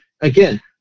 again